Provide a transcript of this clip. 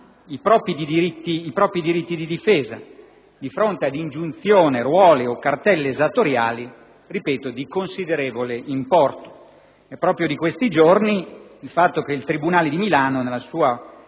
i propri diritti di difesa di fronte ad ingiunzioni, ruoli o cartelle esattoriali di considerevole importo. Proprio in questi giorni il tribunale di Milano nella sua